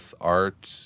art